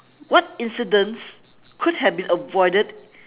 what incidents could have been avoided